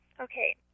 okay